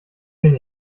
bin